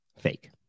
fake